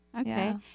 Okay